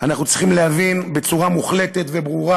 אנחנו צריכים להבין בצורה מוחלטת וברורה,